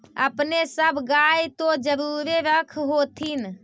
अपने सब गाय तो जरुरे रख होत्थिन?